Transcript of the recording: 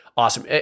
Awesome